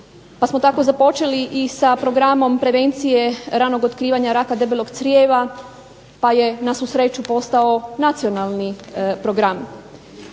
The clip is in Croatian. Pa smo tako započeli i sa Programom prevencije ranog otkrivanja raka debelog crijeva pa je na svu sreću postao Nacionalni program.